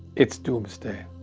it's doomsday,